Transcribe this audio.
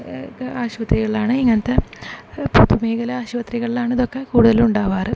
ആശുപത്രികളിലാണ് ഇങ്ങനത്തെ പൊതുമേഖല ആശുപത്രികളിലാണ് ഇതൊക്കെ കൂടുതലും ഉണ്ടാവാറ്